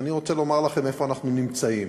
ואני רוצה לומר לכם איפה אנחנו נמצאים.